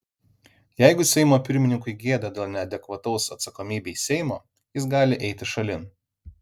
jeigu seimo pirmininkui gėda dėl neadekvataus atsakomybei seimo jis gali eiti šalin